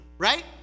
Right